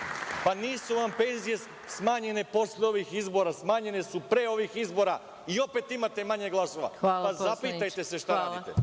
Nisu vam penzije smanjene posle ovih izbora, smanjene su pre ovih izbora i opet imate manje glasova. Zapitajte se šta radite.